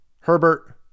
Herbert